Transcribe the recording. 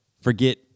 Forget